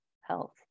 health